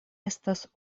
estas